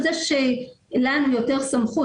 יש לנו יותר סמכות,